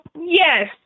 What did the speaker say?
yes